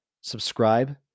subscribe